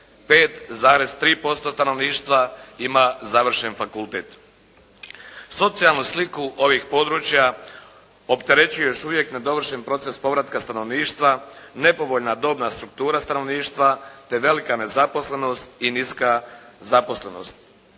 5,3% stanovništva ima završen fakultet. Socijalnu sliku ovih područja opterećuje još uvijek nedovršen proces povratka stanovništva, nepovoljna dobna struktura stanovništva te velika nezaposlenost i niska zaposlenost.